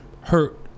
hurt